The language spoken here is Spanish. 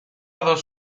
dos